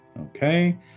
Okay